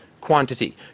quantity